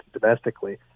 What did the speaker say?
domestically